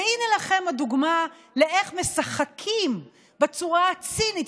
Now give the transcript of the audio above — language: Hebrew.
הינה לכם הדוגמה לאיך משחקים בצורה הצינית